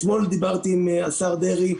אתמול דיברתי עם השר דרעי,